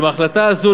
ההחלטה הזו,